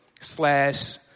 slash